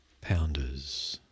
pounders